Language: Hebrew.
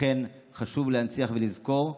לכן, חשוב להנציח ולזכור.